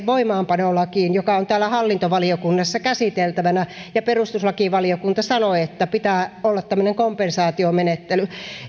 voimaanpanolakiin joka on täällä hallintovaliokunnassa käsiteltävänä ja perustuslakivaliokunta sanoi että pitää olla tämmöinen kompensaatiomenettely